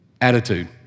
attitude